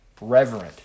reverent